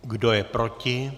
Kdo je proti?